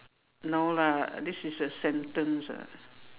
no lah this is a sentence ah